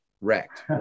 Wrecked